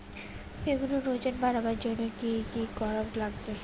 বেগুনের ওজন বাড়াবার জইন্যে কি কি করা লাগবে?